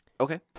Okay